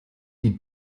die